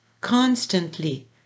constantly